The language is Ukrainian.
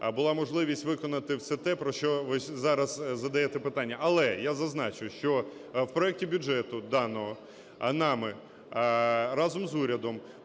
була можливість виконати все те, про що ви зараз задаєте питання. Але я зазначу, що, в проекті Бюджету даного нами разом з урядом